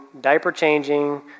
diaper-changing